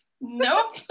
Nope